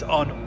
on